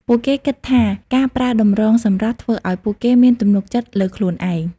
ពួកគេគិតថាការប្រើតម្រងសម្រស់ធ្វើឱ្យពួកគេមានទំនុកចិត្តលើខ្លួនឯង។